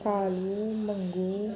Kalu Mangu